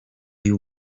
you